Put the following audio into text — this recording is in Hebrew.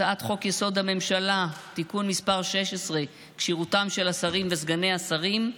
הצעת חוק-יסוד: הממשלה (תיקון מס' 16) (כשירותם של השרים וסגני השרים)